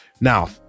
Now